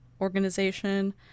organization